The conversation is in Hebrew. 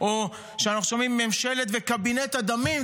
-- או שאנחנו שומעים "ממשלת וקבינט הדמים",